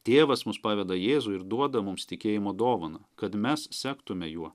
tėvas mus paveda jėzui ir duoda mums tikėjimo dovaną kad mes sektume juo